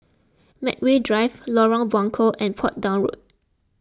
Medway Drive Lorong Buangkok and Portsdown Road